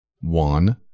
One